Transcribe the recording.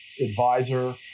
advisor